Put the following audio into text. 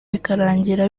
bikarangira